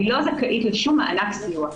אני לא זכאית לשום מענק סיוע,